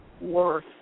worth